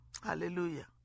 Hallelujah